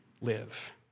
live